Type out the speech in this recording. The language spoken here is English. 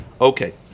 Okay